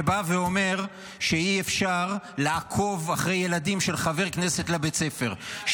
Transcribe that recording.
שאומרת שאי-אפשר לעקוב אחרי ילדים של חבר כנסת לבית ספר,